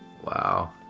Wow